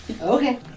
Okay